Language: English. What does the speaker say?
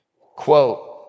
quote